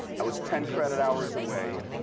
i was ten credit hours away